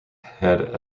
had